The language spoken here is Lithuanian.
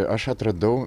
aš atradau